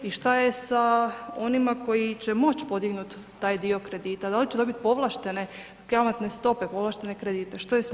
I što je sa onima koji će moći podignuti taj dio kredita, da li će dobiti povlaštene kamatne stope, povlaštene kredite što je s njima?